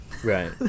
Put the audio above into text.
Right